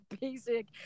basic